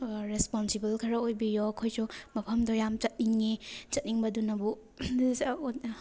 responsible ꯈꯔ ꯑꯣꯏꯕꯤꯌꯣ ꯑꯩꯈꯣꯏꯁꯨ ꯃꯐꯝꯗꯣ ꯌꯥꯝ ꯆꯠꯅꯤꯡꯉꯦ ꯆꯠꯅꯤꯡꯕꯗꯨꯅꯕꯨ